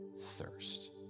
thirst